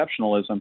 exceptionalism